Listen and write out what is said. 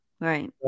Right